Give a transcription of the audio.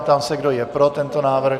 Ptám se, kdo je pro tento návrh.